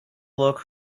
look